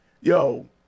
yo